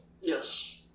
yes